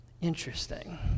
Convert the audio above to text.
Interesting